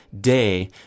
day